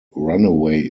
runaway